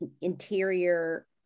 interior